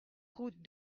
route